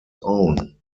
own